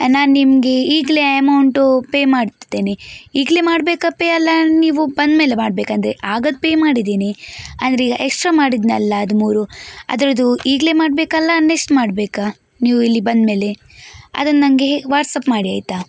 ನಾನು ನಿಮಗೆ ಈಗಲೇ ಎಮೌಂಟು ಪೇ ಮಾಡ್ತೇನೆ ಈಗಲೇ ಮಾಡಬೇಕಾ ಪೇ ಅಲ್ಲ ನೀವು ಬಂದ್ಮೇಲೆ ಮಾಡಬೇಕಂದ್ರೆ ಆಗದ ಪೇ ಮಾಡಿದ್ದೀನಿ ಅಂದರೆ ಈಗ ಎಕ್ಸ್ಟ್ರಾ ಮಾಡಿದೆನಲ್ಲ ಅದು ಮೂರು ಅದರದ್ದು ಈಗಲೇ ಮಾಡಬೇಕಾ ಅಲ್ಲ ನೆಕ್ಸ್ಟ್ ಮಾಡಬೇಕಾ ನೀವು ಇಲ್ಲಿ ಬಂದ್ಮೇಲೆ ಅದನ್ನ ನನಗೆ ವಾಟ್ಸಪ್ ಮಾಡಿ ಆಯಿತಾ